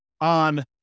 on